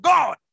God